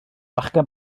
fachgen